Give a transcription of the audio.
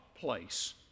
place